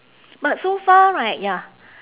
but so far right ya